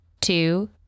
two